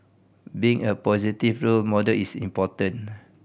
being a positive role model is important